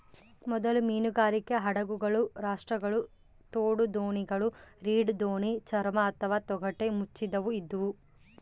ಮೊದಲ ಮೀನುಗಾರಿಕೆ ಹಡಗುಗಳು ರಾಪ್ಟ್ಗಳು ತೋಡುದೋಣಿಗಳು ರೀಡ್ ದೋಣಿ ಚರ್ಮ ಅಥವಾ ತೊಗಟೆ ಮುಚ್ಚಿದವು ಇದ್ವು